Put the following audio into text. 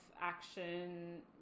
action